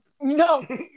No